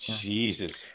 Jesus